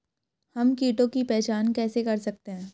हम कीटों की पहचान कैसे कर सकते हैं?